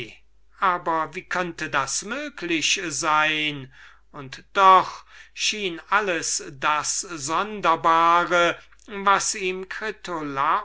aber wie könnte das möglich sein und doch schien alles das sonderbare was ihm